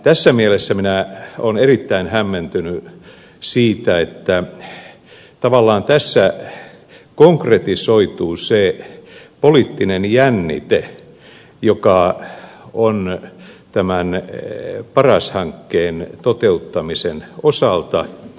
tässä mielessä minä olen erittäin hämmentynyt siitä että tavallaan tässä konkretisoituu se poliittinen jännite joka on tämän paras hankkeen toteuttamisen osalta